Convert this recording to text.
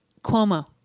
Cuomo